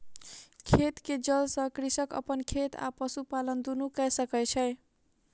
खेत के जल सॅ कृषक अपन खेत आ पशुपालन दुनू कय सकै छै